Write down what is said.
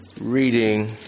reading